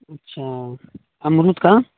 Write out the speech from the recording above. اچھا امرود کا